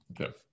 okay